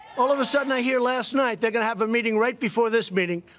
all of a sudden, i hear last night, they're going to have a meeting right before this meeting,